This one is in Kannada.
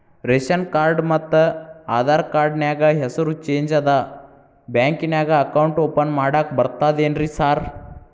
ರೇಶನ್ ಕಾರ್ಡ್ ಮತ್ತ ಆಧಾರ್ ಕಾರ್ಡ್ ನ್ಯಾಗ ಹೆಸರು ಚೇಂಜ್ ಅದಾ ಬ್ಯಾಂಕಿನ್ಯಾಗ ಅಕೌಂಟ್ ಓಪನ್ ಮಾಡಾಕ ಬರ್ತಾದೇನ್ರಿ ಸಾರ್?